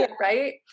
right